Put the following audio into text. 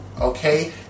Okay